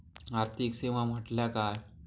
आर्थिक सेवा म्हटल्या काय?